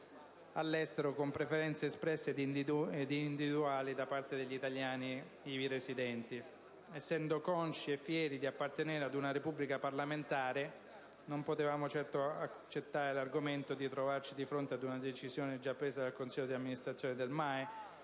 all'estero, con preferenze espresse ed individuali, da parte degli italiani ivi residenti. Essendo consci e fieri di appartenere ad una Repubblica parlamentare, non potevamo certo accettare l'argomento di trovarci di fronte ad una decisione già presa dal consiglio di amministrazione del MAE,